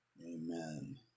Amen